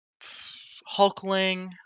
Hulkling